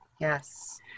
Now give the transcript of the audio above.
Yes